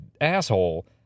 asshole